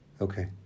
Okay